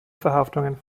verhaftungen